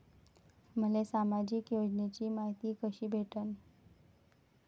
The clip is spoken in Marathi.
मले सामाजिक योजनेची मायती कशी भेटन?